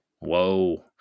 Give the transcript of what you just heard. Whoa